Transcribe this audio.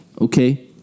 okay